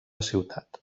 ciutat